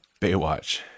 Baywatch